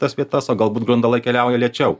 tas vietas o galbūt grundalai keliauja lėčiau